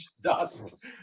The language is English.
dust